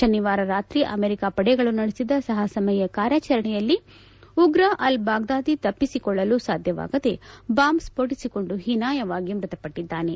ಶನಿವಾರ ರಾತ್ರಿ ಅಮೆರಿಕ ಪಡೆಗಳು ನಡೆಸಿದ ಸಾಹಸಮಯ ಕಾರ್ಯಾಚರಣೆಯಲ್ಲಿ ಉಗ್ರ ಅಲ್ ಬಾಗ್ವಾದಿ ತಪ್ಪಿಸಿಕೊಳ್ಳಲು ಸಾಧ್ಯವಾಗದೆ ಬಾಂಬ್ ಸ್ಫೋಟಿಸಿಕೊಂಡು ಹೀನಾಯವಾಗಿ ಮೃತಪಟ್ಟದ್ದಾನೆ